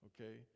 Okay